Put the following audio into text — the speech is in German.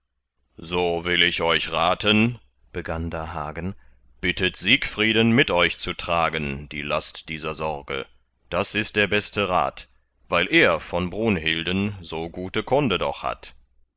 so will ich euch raten begann da hagen bittet siegfrieden mit euch zu tragen die last dieser sorge das ist der beste rat weil er von brunhilden so gute kunde doch hat